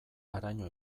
haraino